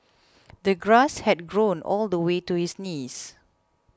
the grass had grown all the way to his knees